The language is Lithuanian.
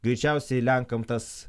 greičiausiai lenkam tas